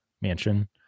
mansion